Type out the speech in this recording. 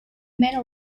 many